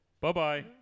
Bye-bye